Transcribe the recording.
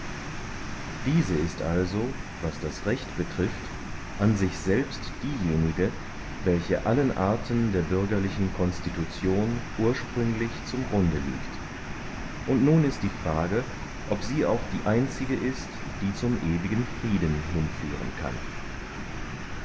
diese ist also was das recht betrifft an sich selbst diejenige welche allen arten der bürgerlichen constitution ursprünglich zum grunde liegt und nun ist nur die frage ob sie auch die einzige ist die zum ewigen frieden hinführen kann